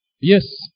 Yes